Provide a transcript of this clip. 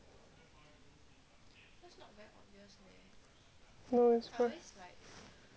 no it's worse